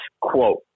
quote